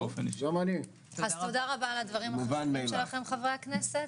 תודה רבה על הדברים החשובים, חברי הכנסת.